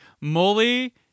Molly